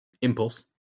Impulse